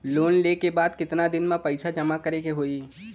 Loan लेले के बाद कितना दिन में पैसा जमा करे के होई?